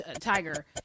tiger